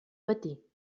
patir